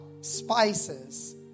spices